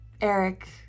Eric